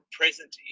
present